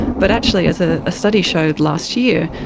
but actually, as a ah study showed last year,